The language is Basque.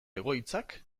egoitzak